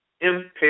impaired